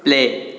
play